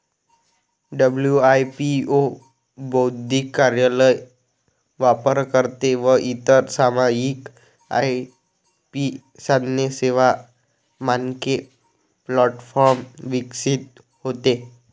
WIPO बौद्धिक कार्यालय, वापरकर्ते व इतर सामायिक आय.पी साधने, सेवा, मानके प्लॅटफॉर्म विकसित होते